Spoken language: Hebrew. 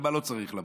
למה לא צריך לבוא,